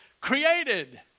created